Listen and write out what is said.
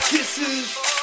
Kisses